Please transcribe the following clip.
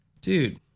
Dude